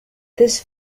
this